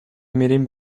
میریم